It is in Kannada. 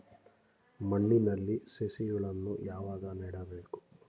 ಮಣ್ಣಿನಲ್ಲಿ ಸಸಿಗಳನ್ನು ಯಾವಾಗ ನೆಡಬೇಕು?